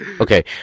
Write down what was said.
Okay